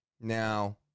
now